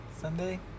Sunday